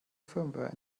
firmware